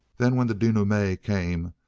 then, when the denouement came,